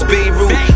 Beirut